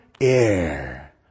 air